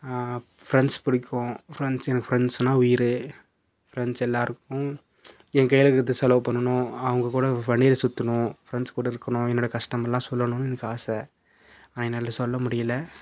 friends பிடிக்கும் friends எனக்கு ஃபிரண்ட்ஸ்னால் உயிர் ஃபிரண்ட்ஸ் எல்லோருக்கும் என் கையில் இருக்கிறத செலவு பண்ணணும் அவங்க கூட வண்டியில் சுற்றணும் ஃபிரண்ட்ஸ் கூட இருக்கணும் என்னோடய கஷ்டமெல்லாம் சொல்லணும்னு எனக்கு ஆசை ஆனால் என்னால் சொல்ல முடியிலை